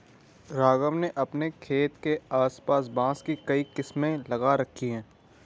राघवन ने अपने खेत के आस पास बांस की कई किस्में लगा रखी हैं